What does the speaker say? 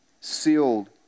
Sealed